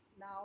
now